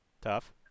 tough